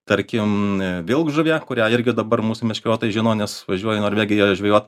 tarkim vilkžuvė kurią irgi dabar mūsų meškeriotojai žino nes važiuoja į norvegiją žvejot